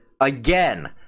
again